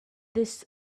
this